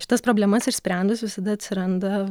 šitas problemas išsprendus visada atsiranda